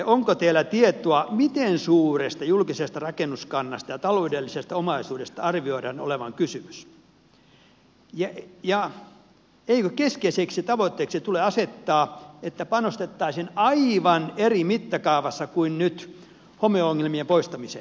onko teillä tietoa miten suuresta julkisesta rakennuskannasta ja taloudellisesta omaisuudesta arvioidaan olevan kysymys ja eikö keskeiseksi tavoitteeksi tule asettaa että panostettaisiin aivan eri mittakaavassa kuin nyt homeongelmien poistamiseen